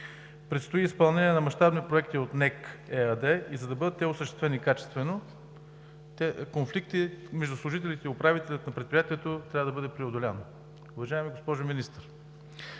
Предстои изпълнение на мащабни проекти от НЕК ЕАД – за да бъдат осъществени те качествено, конфликтът между служителите и управителя на Предприятието трябва да бъде преодолян. Уважаема госпожо Министър,